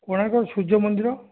କୋଣାର୍କ ସୂର୍ଯ୍ୟମନ୍ଦିର